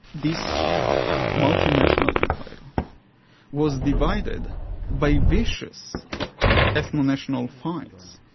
this multinational empire was divided by vicious ethno-national fights.